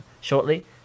shortly